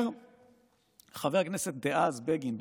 אומר חבר הכנסת דאז בגין ב-1956: